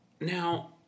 Now